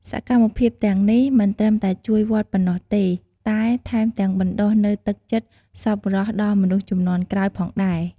សកម្មភាពទាំងនេះមិនត្រឹមតែជួយវត្តប៉ុណ្ណោះទេ តែថែមទាំងបណ្ដុះនូវទឹកចិត្តសប្បុរសដល់មនុស្សជំនាន់ក្រោយផងដែរ។